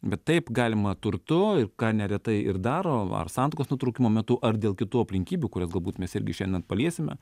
bet taip galima turtu ir ką neretai ir daro ar santuokos nutraukimo metu ar dėl kitų aplinkybių kurias galbūt mes irgi šiandien paliesime